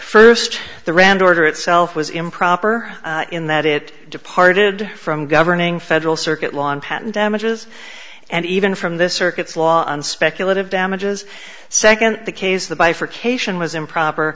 first the rand order itself was improper in that it departed from governing federal circuit law and patent damages and even from the circuits law on speculative damages second the case the bifurcation was improper